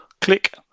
Click